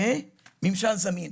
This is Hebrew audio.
וממשל זמין,